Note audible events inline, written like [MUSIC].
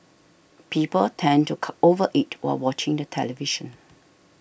people tend to [UNINTELLIGIBLE] over eat while watching the television